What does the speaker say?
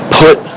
put